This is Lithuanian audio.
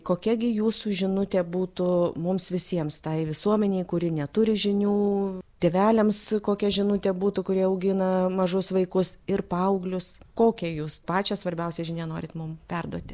kokia gi jūsų žinutė būtų mums visiems tai visuomenei kuri neturi žinių tėveliams kokia žinutė būtų kurie augina mažus vaikus ir paauglius kokią jūs pačią svarbiausią žinią norit mum perduoti